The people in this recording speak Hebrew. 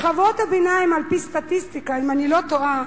שכבות הביניים, על-פי הסטטיסטיקה, אם אני לא טועה,